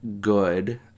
good